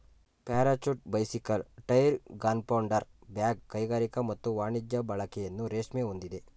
parachute bicycle tyre gunpowder bag ಕೈಗಾರಿಕಾ ಮತ್ತು ವಾಣಿಜ್ಯ ಬಳಕೆಯನ್ನು ರೇಷ್ಮೆ ಹೊಂದಿದೆ